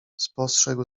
spostrzegł